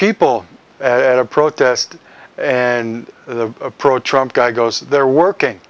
people at a protest and the pro trump guy goes there working